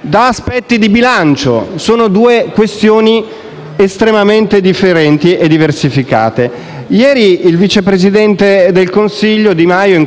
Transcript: da aspetti di bilancio: si tratta di due questioni estremamente differenti e diversificate. Ieri il vice presidente del Consiglio Di Maio,